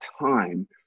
time